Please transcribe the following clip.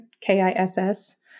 K-I-S-S